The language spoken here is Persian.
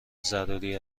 ضروری